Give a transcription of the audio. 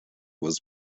was